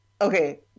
okay